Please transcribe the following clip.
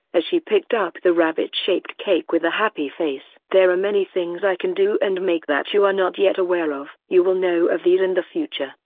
as she picked up the rabbit-shaped cake with a happy face. there are many things i can do and make that you are not yet aware of. you will know of these in the future,